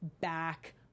back